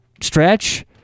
stretch